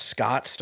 Scott